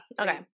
Okay